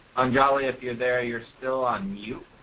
anjali if youire there youire still on mute.